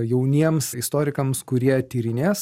jauniems istorikams kurie tyrinės